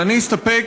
אבל אני אסתפק